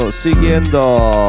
siguiendo